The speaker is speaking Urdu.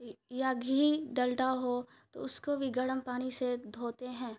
یا گھی ڈلڈا ہو تو اس کو بھی گرم پانی سے دھوتے ہیں